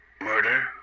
murder